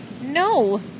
No